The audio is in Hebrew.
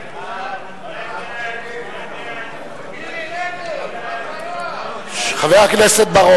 ההסתייגות של קבוצת סיעת מרצ וקבוצת סיעת קדימה ושל חבר הכנסת גאלב